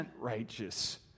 Righteous